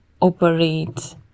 operate